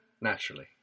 Naturally